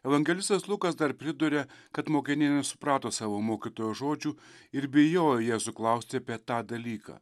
evangelistas lukas dar priduria kad mokiniai nesuprato savo mokytojo žodžių ir bijojo jėzų klausti apie tą dalyką